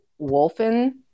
Wolfen